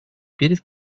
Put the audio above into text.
перед